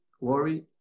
worry